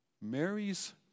Mary's